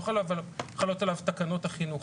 לא חלות עליו תקנות החינוך.